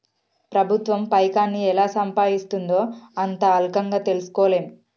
ప్రభుత్వం పైకాన్ని ఎలా సంపాయిస్తుందో అంత అల్కగ తెల్సుకోలేం